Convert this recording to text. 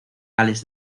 gales